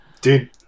dude